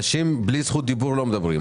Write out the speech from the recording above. אנשים בלי זכות דיבור לא מדברים.